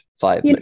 Five